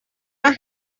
our